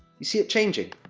you see it changing?